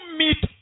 meet